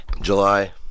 July